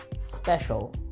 special